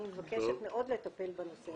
אני מבקשת מאוד לטפל בנושא הזה.